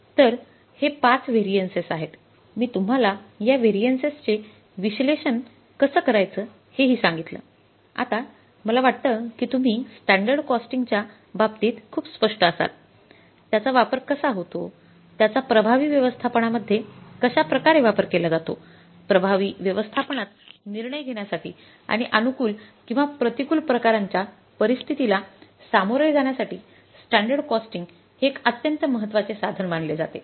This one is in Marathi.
तर हे ५ व्हॅरियन्सस आहेत मी तुम्हाला या व्हॅरियन्सच व्ह्सलेशन कस करायचं हे हि सांगितलं आता मला वाटत कि तुम्ही स्टँडर्ड कॉस्टिंगच्या बाबतीत खूप स्पष्ट असाल त्याचा वापर कसा होतोत्याचा प्रभावी व्यवस्थापनामध्येय कशाप्रकारे वापर केला जातो प्रभावी व्यवस्थापनातं निर्णय घेण्यासाठी आणि अनुकूल किंवा प्रतिकूल प्रकारांच्या परिस्थितीला सामोरे जाण्यासाठीस्टँडर्ड कॉस्टिंग हे एक अत्यंत महत्वाचे साधन मानले जाते